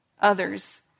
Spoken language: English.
Others